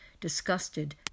disgusted